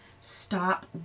stop